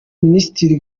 minisitiri